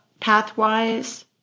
Pathwise